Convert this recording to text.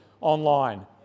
online